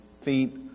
feet